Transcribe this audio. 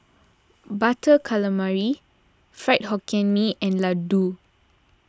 Butter Calamari Fried Hokkien Mee and Laddu